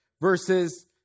versus